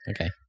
Okay